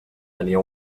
tenia